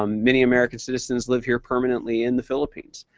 um many american citizens live here permanently in the philippines,